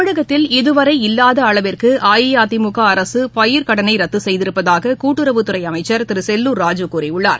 தமிழகத்தில் இகவரை இல்லாதஅளவிற்குஅஇஅதிமுகஅரசுபயிாக்கடனைரத்துசெய்திருப்பதாககூட்டுறவுத்துறைஅமைச்சா் திருசெல்லூர் ராஜூ கூறியுள்ளார்